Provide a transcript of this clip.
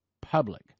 public